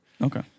Okay